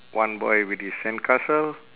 one boy with his sandcastle